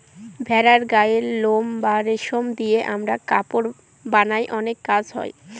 ভেড়ার গায়ের লোম বা রেশম দিয়ে আমরা কাপড় বানায় অনেক কাজ হয়